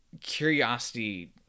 curiosity